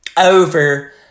over